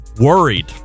worried